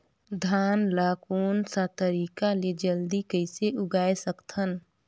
धान ला कोन सा तरीका ले जल्दी कइसे उगाय सकथन?